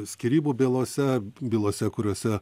skyrybų bylose bylose kuriose